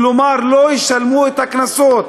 כלומר לא ישלמו את הקנסות,